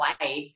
life